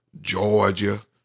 Georgia